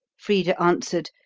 frida answered,